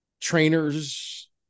trainers